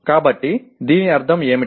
కాబట్టి దీని అర్థం ఏమిటి